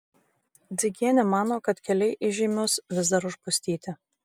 dzigienė mano kad keliai į žeimius vis dar užpustyti